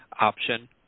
option